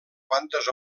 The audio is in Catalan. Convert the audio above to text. quantes